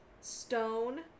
stone